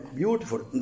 beautiful